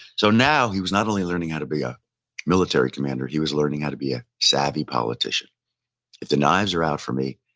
so, now he was not only learning how to be a military commander, he was learning how to be a savvy politician. if the knives are out for me,